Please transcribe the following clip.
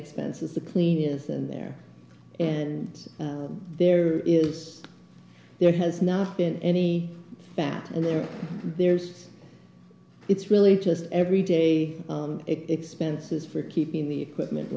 expenses to clean isn't there and there is there has not been any fact in there there's it's really just every day expenses for keeping the equipment